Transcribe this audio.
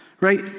right